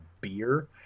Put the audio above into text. beer